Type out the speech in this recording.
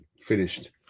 finished